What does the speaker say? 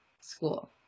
school